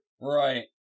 Right